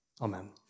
Amen